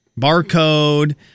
barcode